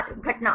छात्र घटना